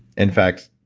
in fact,